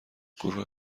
گروه